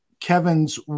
Kevin's